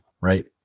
Right